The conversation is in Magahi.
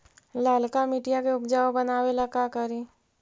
लालका मिट्टियां के उपजाऊ बनावे ला का करी?